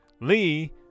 Lee